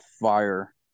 fire